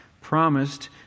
promised